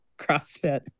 CrossFit